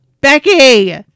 Becky